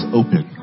open